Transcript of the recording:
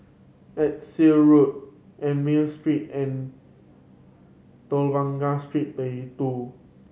Exeter Road Ernani Street and Telok Blangah Street Thirty Two